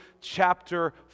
chapter